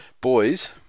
boys